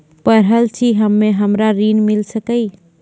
पढल छी हम्मे हमरा ऋण मिल सकई?